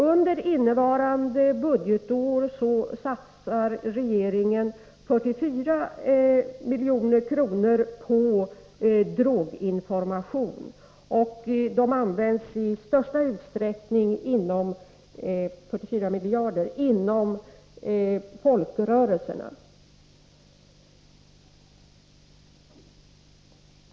Under innevarande budgetår satsar regeringen 44 miljoner på droginformation, och de pengarna används till största delen inom folkrörelserna.